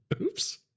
Oops